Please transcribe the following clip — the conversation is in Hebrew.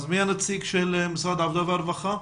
מי נציג משרד העבודה והרווחה?